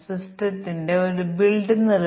2 അപ്പോൾ അത് f xyz ആണ്